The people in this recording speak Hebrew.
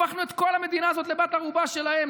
הפכנו את כל המדינה הזאת לבת ערובה שלהם.